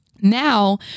now